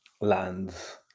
lands